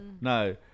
no